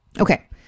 Okay